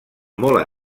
molt